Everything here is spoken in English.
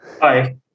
Hi